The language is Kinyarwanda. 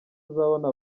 uzabona